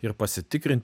ir pasitikrint